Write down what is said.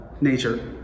nature